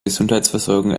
gesundheitsversorgung